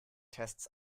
tests